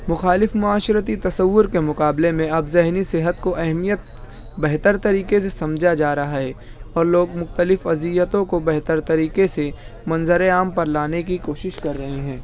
مخالف معاشرتی تصور کے مقابلے میں اب ذہنی صحت کو اہمیت بہتر طریقے سے سمجھا جا رہا ہے اور لوگ مختلف اذیتوں کو بہتر طریقے سے منظر عام پر لانے کی کوشش کر رہے ہیں